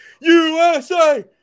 usa